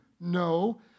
No